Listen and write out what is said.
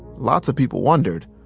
lots of people wondered,